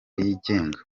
yigenga